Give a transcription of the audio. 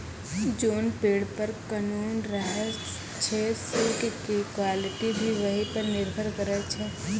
जोन पेड़ पर ककून रहै छे सिल्क के क्वालिटी भी वही पर निर्भर करै छै